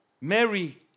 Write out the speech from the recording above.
Mary